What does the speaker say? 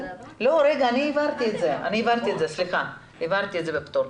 לא, רגע, סליחה, אני העברתי את זה בפטור.